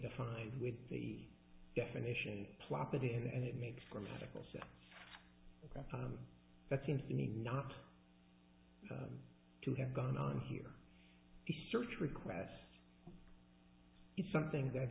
defined with the definition plotted in and it makes grammatical so that seems to me not to have gone on here search requests is something that